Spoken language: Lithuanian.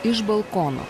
iš balkono